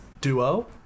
Duo